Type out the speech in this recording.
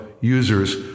users